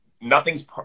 nothing's